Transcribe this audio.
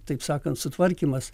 taip sakant sutvarkymas